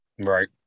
Right